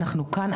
אנחנו כאן.